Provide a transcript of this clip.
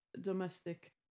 domestic